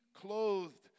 clothed